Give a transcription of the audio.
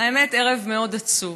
האמת, ערב מאוד עצוב,